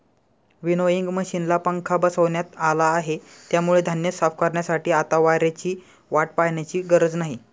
winnowing मशिनला पंखा बसवण्यात आला आहे, त्यामुळे धान्य साफ करण्यासाठी आता वाऱ्याची वाट पाहण्याची गरज नाही